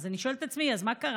אז אני שואלת את עצמי: מה קרה?